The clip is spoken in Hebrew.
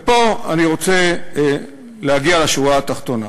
ופה אני רוצה להגיע לשורה התחתונה.